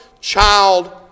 child